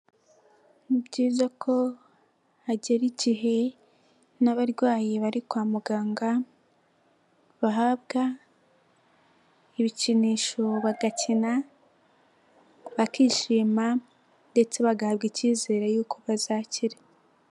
Ni byiza ko hagera igihe n'abarwayi bari kwa muganga, bahabwa ibikinisho bagakina, bakishima ndetse bagahabwa icyizere yuko bazakira.